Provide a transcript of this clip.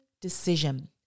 decision